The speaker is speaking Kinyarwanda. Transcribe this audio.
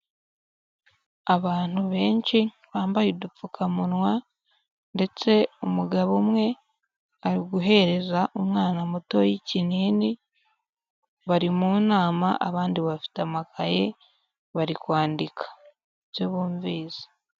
Abantu benshi bambaye udupfukamunwa ndetse umugabo umwe ari guhereza umwana mutoya ikinini, bari mu nama abandi bafite amakaye bari kwandika, ibyo bumvise.